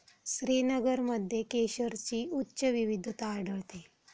श्रीनगरमध्ये केशरची उच्च विविधता आढळते